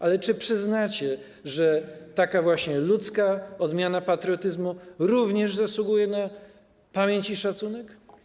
Ale czy przyznacie, że taka właśnie ludzka odmiana patriotyzmu również zasługuje na pamięć i szacunek?